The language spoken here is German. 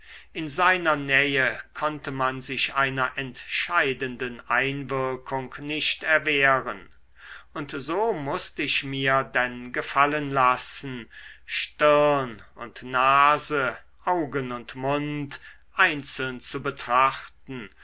in seiner nähe konnte man sich einer entscheidenden einwirkung nicht erwehren und so mußt ich mir denn gefallen lassen stirn und nase augen und mund einzeln zu betrachten